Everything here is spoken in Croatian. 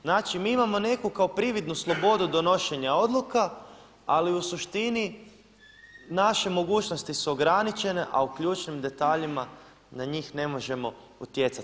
Znači, mi imamo neku kao prividnu slobodu donošenja odluka, ali u suštini naše mogućnosti su ograničene, a o ključnim detaljima na njih ne možemo utjecati.